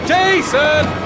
Jason